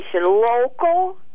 local